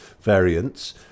variants